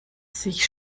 sich